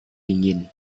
dingin